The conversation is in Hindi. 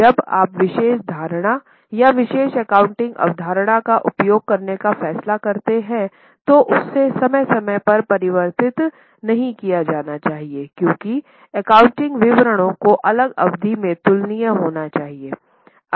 जब आप विशेष धारणा या विशेष एकाउंटिंग अवधारणा का उपयोग करने का फैसला करते हैं तो उससे समय समय पर परिवर्तित नहीं किया जाना चाहिए क्योंकि एकाउंटिंग विवरणों को अलग अवधि से तुलनीय होना चाहिए